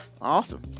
Awesome